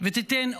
ותיתן אופק,